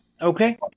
Okay